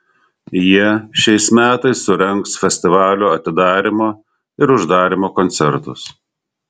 jie šiais metais surengs festivalio atidarymo ir uždarymo koncertus